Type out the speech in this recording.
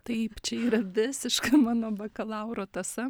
taip čia yra visiška mano bakalauro tąsa